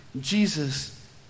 Jesus